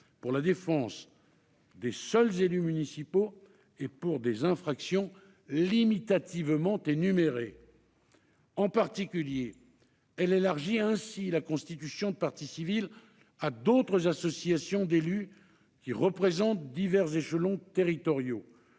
pour la défense des seuls élus municipaux et pour des infractions limitativement énumérées. Il élargit en particulier la faculté de se constituer partie civile à d'autres associations d'élus représentant divers échelons territoriaux